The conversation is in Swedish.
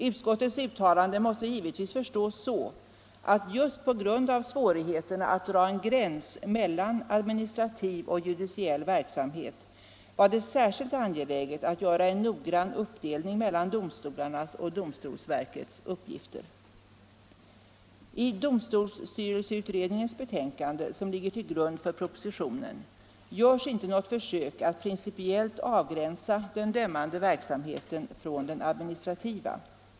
Utskottets uttalande måste givetvis förstås så att just på grund av svårigheterna att dra en gräns mellan administrativ och judiciell verksamhet det var särskilt angeläget att göra en noggrann uppdelning mellan domstolarnas och domstolsverkets uppgifter. I domstolsstyrelseutredningens betänkande, som ligger till grund för propositionen, görs inte något försök att principiellt avgränsa den dömande verksamheten från den administrativa.